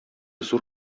зур